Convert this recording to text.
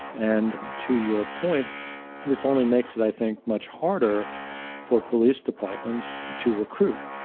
and to your point, and this only makes it i think, much harder for police departments to recruit,